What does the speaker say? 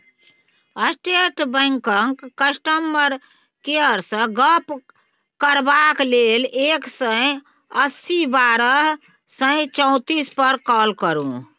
state बैंकक customer केयरसँ गप्प करबाक लेल एक सय अस्सी बारह सय चौतीस पर काँल करु